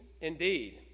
indeed